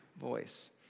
voice